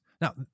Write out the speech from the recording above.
Now